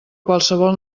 qualsevol